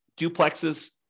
duplexes